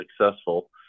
successful